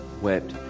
wept